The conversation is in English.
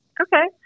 Okay